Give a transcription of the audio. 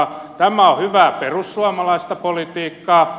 tämä on hyvää perussuomalaista politiikkaa